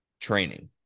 training